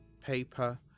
paper